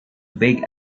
big